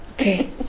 Okay